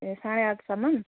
ए साढे आठसम्म